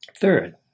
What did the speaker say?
Third